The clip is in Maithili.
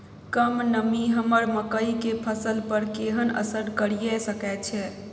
कम नमी हमर मकई के फसल पर केहन असर करिये सकै छै?